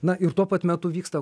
na ir tuo pat metu vyksta